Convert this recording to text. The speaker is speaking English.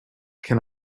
can